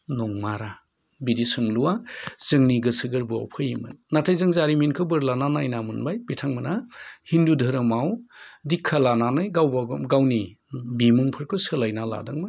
नंमारा बिदि सोंलुआ जोंनि गोसो गोरबोआव फैयोमोन नाथाय जों जारिमिनखो बोरदलाना नायना मोनबाय बिथांमोना हिन्दु धोरोमाव दिक्षा लानानै गावबागाव गावनि बिमुंफोरखो सोलायना लादोंमोन